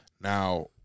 now